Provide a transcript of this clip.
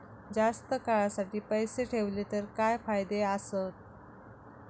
जास्त काळासाठी पैसे ठेवले तर काय फायदे आसत?